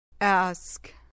Ask